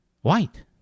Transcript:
white